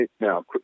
now